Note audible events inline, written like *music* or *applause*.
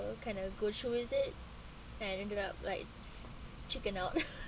you know kind of go through with it and I ended up like chicken out *laughs*